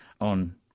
on